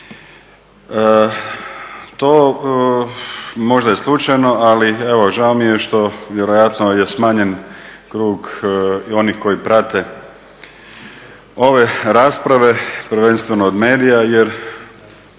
To možda je slučajno, ali evo žao mi je što vjerojatno je smanjen krug onih koji prate ove rasprave, prvenstveno od medija jer